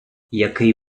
який